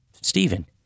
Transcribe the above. Stephen